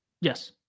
Yes